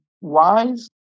wise